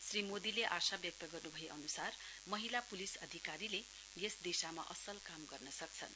श्री मोदीले आशा व्यक्त गर्नु भए अनुसार महिला पुलिस अधिकारीले यस दिशामा असल काम गर्न सक्छन्